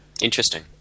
Interesting